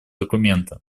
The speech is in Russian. документа